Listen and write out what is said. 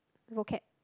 vocab